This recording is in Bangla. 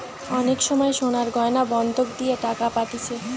অনেক সময় সোনার গয়না বন্ধক দিয়ে টাকা পাতিছে